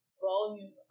volume